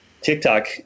TikTok